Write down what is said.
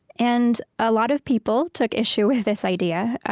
and a lot of people took issue with this idea,